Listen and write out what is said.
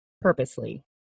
purposely